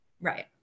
Right